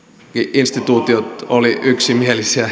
instituutiot olivat yksimielisiä